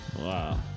Wow